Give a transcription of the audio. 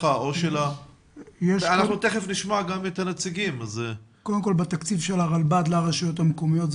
קודם כול, זה בתקציב של הרלב"ד לרשויות המקומיות.